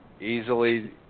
Easily